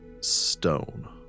stone